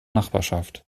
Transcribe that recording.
nachbarschaft